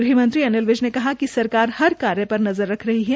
गृहमंत्री अनिल विज ने कहा कि सरकार हर कार्य पर रही है